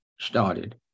started